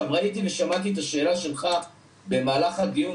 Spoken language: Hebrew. ראיתי ושמעתי את השאלה שלך במהלך הדיון,